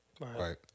right